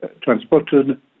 transported